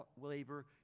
labor